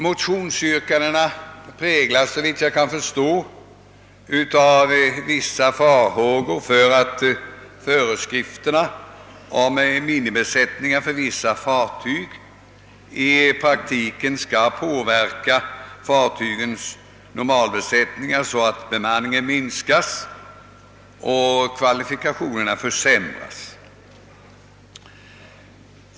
Motionsyrkandena motiveras av farhågor för att föreskrifterna om minimibesättningar för vissa fartyg i praktiken skall påverka fartygens normalbesättningar så att bemanningen minskas och kvalifikationerna försämras.